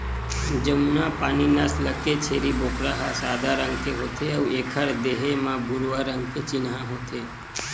जमुनापारी नसल के छेरी बोकरा ह सादा रंग के होथे अउ एखर देहे म भूरवा रंग के चिन्हा होथे